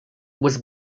was